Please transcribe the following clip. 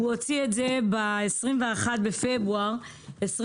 הוא הוציא את זה ב-21 בפברואר 2022